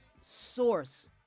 source